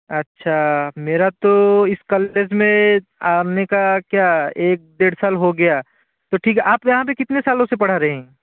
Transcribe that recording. अच्छा मेरा तो इस कॉलेज में आने का क्या एक डेढ़ साल हो गया तो ठीक है आप यहाँ पे कितने सालों से पढ़ा रहें